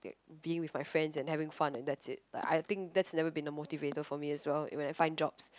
being with my friends and having fun and that's it but I think that's never been a motivator for me as well when I find jobs